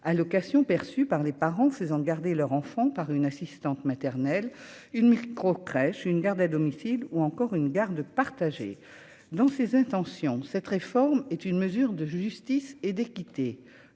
allocation perçue par les parents faisant garder leur enfant par une assistante maternelle, une micro-crèche une garde à domicile ou encore une garde partagée. Dans ses intentions, cette réforme est une mesure de justice et d'équité,